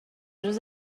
روز